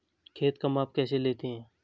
खेत का माप कैसे लेते हैं?